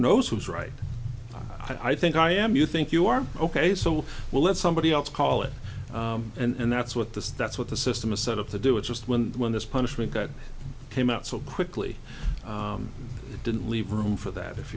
knows who is right i think i am you think you are ok so we'll let somebody else call it and that's what this that's what the system is set up to do it's just when when this punishment that came out so quickly it didn't leave room for that if